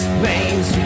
veins